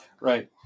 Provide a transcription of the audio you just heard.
Right